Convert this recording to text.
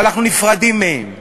ואנחנו נפרדים מהם.